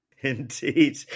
Indeed